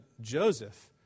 Joseph